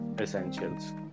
essentials